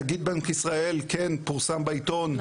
נגיד בנק ישראל כן פורסם בעיתון,